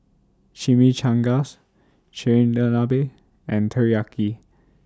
Chimichangas Chigenabe and Teriyaki